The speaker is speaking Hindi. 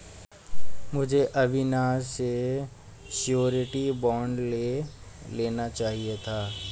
मुझे अविनाश से श्योरिटी बॉन्ड ले लेना चाहिए था